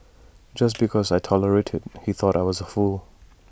just because I tolerated he thought I was A fool